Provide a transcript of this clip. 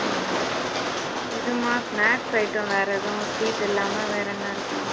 ஆ இதுமா snacks item வேறு எதுவும் ஸ்வீட் இல்லாமல் வேறு என்ன இருக்கும்